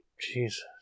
Jesus